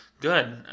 good